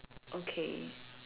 okay